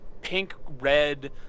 pink-red